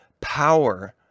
power